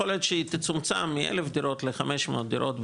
יכול להיות שהיא תצומצם מאלף דירות ל-500 דירות,